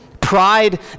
Pride